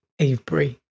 Avebury